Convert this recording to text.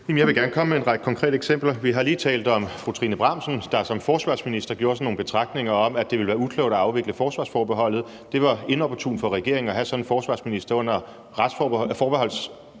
jeg vil gerne komme med en række konkrete eksempler. Vi har lige talt om fru Trine Bramsen, der som forsvarsminister havde nogle betragtninger om, at det ville være uklogt at afvikle forsvarsforbeholdet. Det var inopportunt for regeringen at have sådan en forsvarsminister under forsvarsforbeholdsafstemningen;